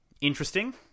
interesting